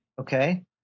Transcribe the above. okay